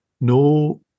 no